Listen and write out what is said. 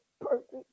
perfect